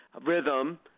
rhythm